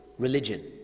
religion